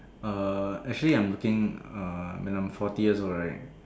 uh actually I'm looking uh when I'm forty years old right